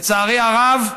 לצערי הרב,